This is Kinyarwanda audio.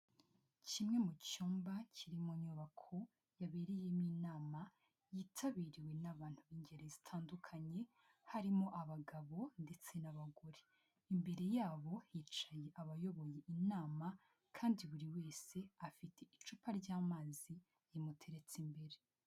Kimwe mu cyumba kiri mu nyubako yabereyemo inama yitabiriwe n'abantu ingeri zitandukanye harimo abagabo ndetse n'abagore, imbere yabo hicaye abayoboye inama kandi buri wese afite icupa ry'amazi rimuteretse imbere.